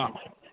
অঁ